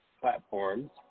platforms